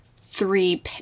three